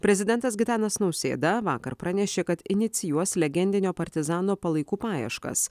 prezidentas gitanas nausėda vakar pranešė kad inicijuos legendinio partizano palaikų paieškas